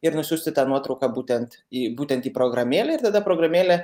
ir nusiųsti tą nuotrauką būtent į būtent į programėlę ir tada programėlė